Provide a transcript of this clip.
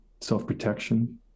self-protection